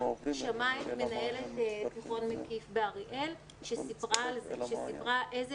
שמע את מנהלת תיכון מקיף באריאל שסיפרה איזה